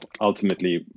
ultimately